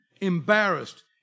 embarrassed